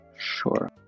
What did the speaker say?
Sure